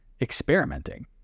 experimenting